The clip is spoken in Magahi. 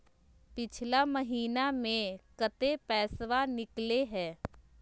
पिछला महिना मे कते पैसबा निकले हैं?